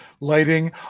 lighting